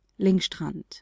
Lingstrand